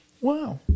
Wow